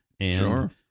Sure